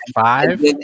five